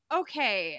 okay